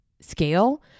scale